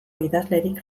idazlerik